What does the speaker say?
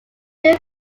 two